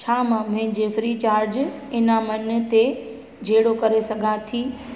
छा मां मुंहिंजे फ्री चार्ज इनामनि ते झेड़ो करे सघां थी